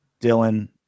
Dylan